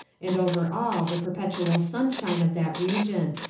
and over all the perpetual sunshine of that region.